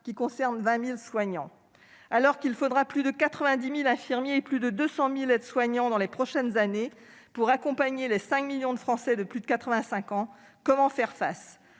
qui concernera 20 000 soignants. Alors qu'il faudra plus de 90 000 infirmiers et plus de 200 000 aides-soignants dans les prochaines années pour accompagner les 5 millions de Français de plus de 85 ans, comment faire face à